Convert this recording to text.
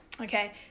Okay